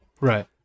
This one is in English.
right